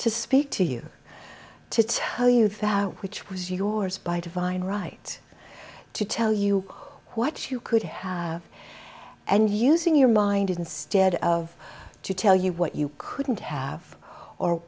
to speak to you to tell you that which was yours by divine right to tell you who what you could have and using your mind instead of to tell you what you couldn't have or